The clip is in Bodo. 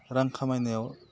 रां खामायनायाव